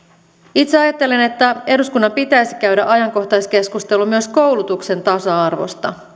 itse ajattelen että eduskunnan pitäisi käydä ajankohtaiskeskustelu myös koulutuksen tasa arvosta